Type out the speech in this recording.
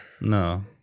No